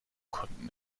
konnten